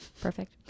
Perfect